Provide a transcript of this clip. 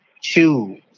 choose